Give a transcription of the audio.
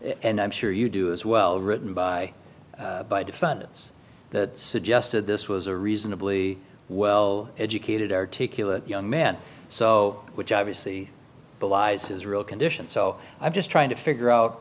and i'm sure you do as well written by by defendants that suggested this was a reasonably well educated articulate young man so which obviously belies his real condition so i'm just trying to figure out